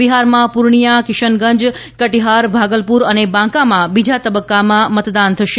બિહારમાં પૂર્ણિયા કિશનગંજ કટિહાર ભાગલપુર અને બાંકામાં બીજા તબક્કામાં મતદાન થશે